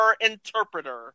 interpreter